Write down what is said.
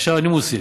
עכשיו אני מוסיף: